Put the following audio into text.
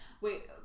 Wait